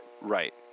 Right